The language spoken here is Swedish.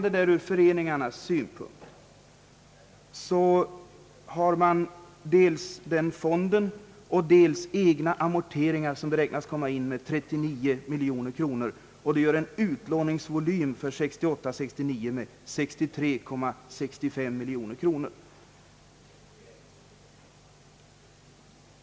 Sett ur föreningarnas synpunkt har man att räkna med dels fonden, dels egna amorteringar, som beräknas kom ma in med 39 miljoner kronor, och detta blir tillsammans en utlåningsvolym för 1968/69 på 63,65 miljoner kronor.